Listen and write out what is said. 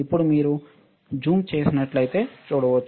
ఇప్పుడు మీరు జూమ్ చేసినట్లు చూడవచ్చు